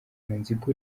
nziko